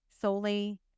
solely